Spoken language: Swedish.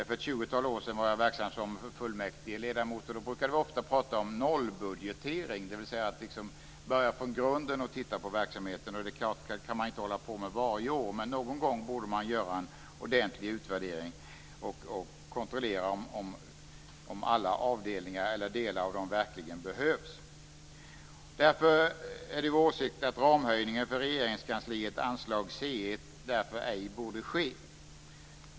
För ett tjugotal år sedan var jag verksam som fullmäktigeledamot. Då brukade vi ofta tala om nollbudgetering, dvs. att börja från grunden och titta på verksamheten. Det kan man inte hålla på med varje år. Men någon gång borde man göra en ordentlig utvärdering och kontrollera om alla avdelningar eller delar av dem verkligen behövs. Det är därför vår åsikt att ramhöjningen för Regeringskansliet anslag C1 ej bör ske.